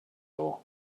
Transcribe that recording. door